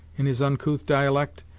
in his uncouth dialect,